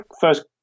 first